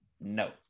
no